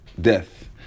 death